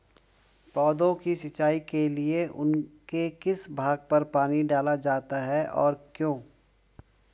पौधों की सिंचाई के लिए उनके किस भाग पर पानी डाला जाता है और क्यों?